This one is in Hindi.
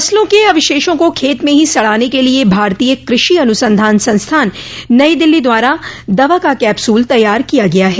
फसलों के अवशेषों को खेत में ही सड़ाने के लिए भारतीय कृषि अनुसंधान संस्थान नई दिल्ली द्वारा दवा का कैप्सूल तैयार किया गया है